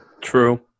True